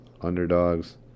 underdogs